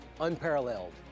unparalleled